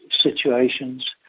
situations